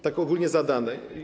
Tak ogólnie zadane.